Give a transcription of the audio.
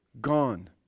gone